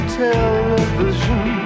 television